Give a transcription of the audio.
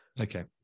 Okay